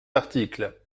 article